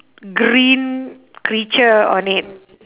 green creature on it